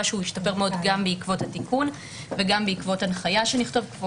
שישתפר מאוד גם בעקבות התיקון וגם בעקבות הנחיה שנכתוב,